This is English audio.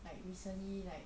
like recently like